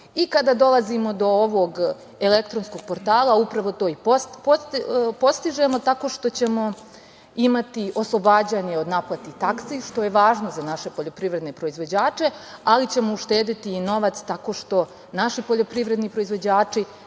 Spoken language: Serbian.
novca. Kada dolazimo do ovog elektronskog portala, upravo to i postižemo tako što ćemo imati oslobađanje od naplati taksi, što je važno za naše poljoprivredne proizvođače, ali ćemo uštedeti i novac tako što naši poljoprivredni proizvođači